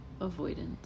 avoidance